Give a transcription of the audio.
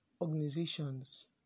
organizations